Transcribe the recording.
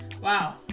wow